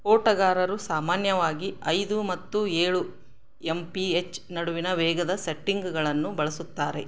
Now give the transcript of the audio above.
ಓಟಗಾರರು ಸಾಮಾನ್ಯವಾಗಿ ಐದು ಮತ್ತು ಏಳು ಎಮ್ ಪಿ ಎಚ್ ನಡುವಿನ ವೇಗದ ಸೆಟ್ಟಿಂಗ್ಗಳನ್ನು ಬಳಸುತ್ತಾರೆ